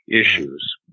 issues